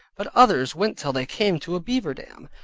but others went till they came to a beaver dam,